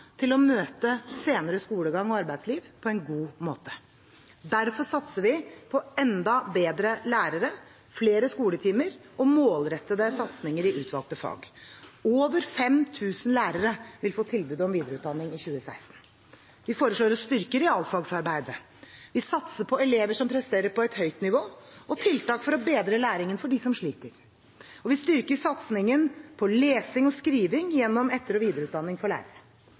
til å møte senere skolegang og arbeidsliv på en god måte. Derfor satser vi på enda bedre lærere, flere skoletimer og målrettede satsninger i utvalgte fag. Over 5 000 lærere vil få tilbud om videreutdanning i 2016. Vi foreslår å styrke realfagsarbeidet. Vi satser på elever som presterer på høyt nivå, og tiltak for bedre læring for dem som sliter. Og vi styrker satsingen på lesing og skriving gjennom etter- og videreutdanning for lærere.